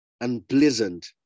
unpleasant